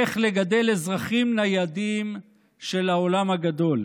איך לגדל אזרחים ניידים של העולם הגדול.